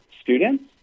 students